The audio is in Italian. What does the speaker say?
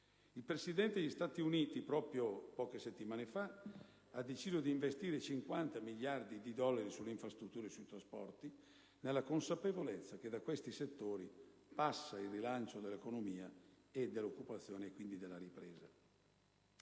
Il Presidente degli Stati Uniti, proprio poche settimane fa, ha deciso di investire 50 miliardi di dollari sulle infrastrutture e sui trasporti, nella consapevolezza che da questi settori passa il rilancio dell'economia e dell'occupazione, quindi della ripresa.